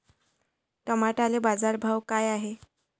टमाट्याले बाजारभाव काय हाय?